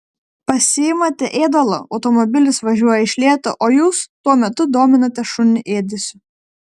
pasiimate ėdalo automobilis važiuoja iš lėto o jūs tuo metu dominate šunį ėdesiu